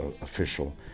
official